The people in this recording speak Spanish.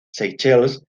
seychelles